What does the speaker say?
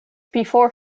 before